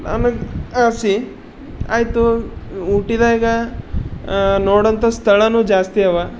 ನನಗೆ ಆಸೆ ಆಯಿತು ಊಟಿದಾಗ ನೋಡೊಂಥ ಸ್ಥಳನು ಜಾಸ್ತಿ ಅವ